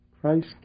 Christ